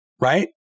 right